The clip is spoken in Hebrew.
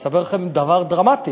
אני אספר לכם דבר דרמטי: